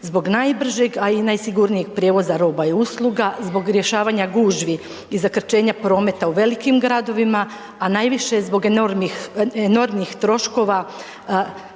zbog najbržeg, a i najsigurnijeg prijevoza roba i usluga, zbog rješavanja gužvi i zakrčenja prometa u velikim gradovima, a najviše zbog enormnih, enormnih